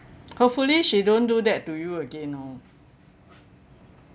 hopefully she don't do that to you again oh